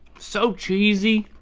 so cheesy.